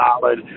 solid